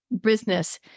business